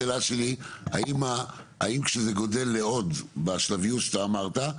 השאלה שלי האם כשזה גודל לעוד בשלביות שאתה אמרת.